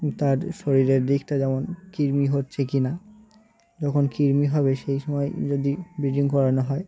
তার শরীরের দিকটা যেমন কৃমি হচ্ছে কি না যখন কৃমি হবে সেই সময় যদি ব্রিডিং করানো হয়